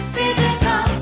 Physical